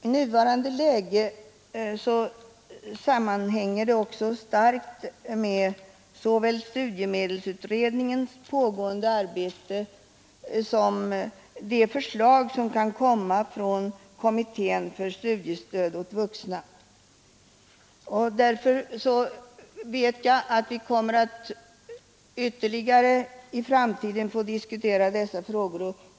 I nuvarande läge sammanhänger problemen också starkt med såväl studiemedelsutredningens pågående arbete som de förslag som kan komma från kommittén för studiestöd åt vuxna. Därför vet jag att vi i framtiden ytterligare kommer att få diskutera dessa frågor.